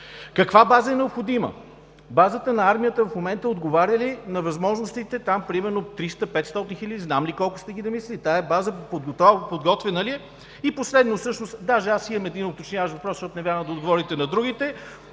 Каква база е необходима? Базата на армията в момента отговаря ли на възможностите – примерно 300 – 500 хиляди, знам ли колко сте ги намислили? Тази база подготвена ли е? И последно, даже аз имам един уточняващ въпрос, защото не вярвам да отговорите на другите,